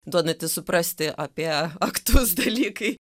duodantys suprasti apie aktus dalykai